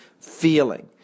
feeling